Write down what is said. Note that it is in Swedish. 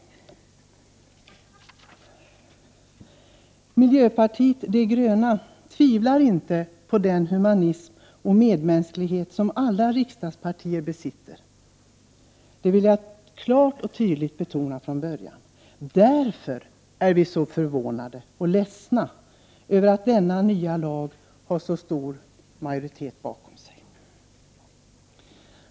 Vi i miljöpartiet de gröna tvivlar inte på den humanism och medmänsklighet som alla riksdagspartier besitter. Det vill jag klart och tydligt betona från början. Därför är vi så förvånade och ledsna över att en så stor majoritet står bakom den nya lagen.